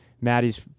Maddie's